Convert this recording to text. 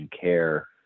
care